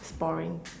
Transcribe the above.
its boring